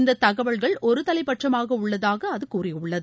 இந்த தகவல்கள் ஒரு தலைபட்சமாக உள்ளதாக அது கூறியுள்ளது